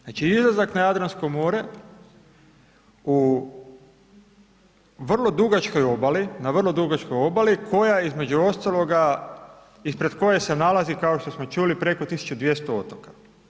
Znači izlazak na Jadransko more u vrlo dugačkoj obali, na vrlo dugačkoj obali koja između ostaloga, ispred koje se nalazi kao što smo čuli preko 1200 otoka.